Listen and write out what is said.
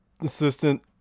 assistant